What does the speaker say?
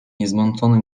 niezmącone